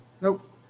Nope